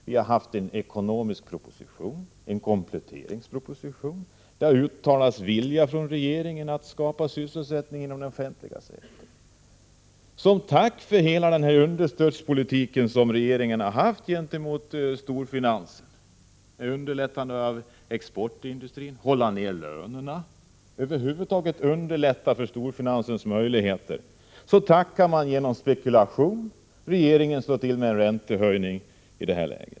Vi har fått en ekonomisk proposition och en kompletteringsproposition, där regeringen har uttalat en vilja att skapa sysselsättning inom den offentliga sektorn. Som tack för hela den understödspolitik gentemot storfinansen som regeringen har fört — man har underlättat för exportindustrin, hållit nere lönerna, osv. — svarar storfinansen med spekulation, och regeringen slår i det läget till med en räntehöjning.